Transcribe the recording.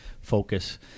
focus